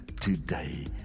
today